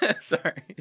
sorry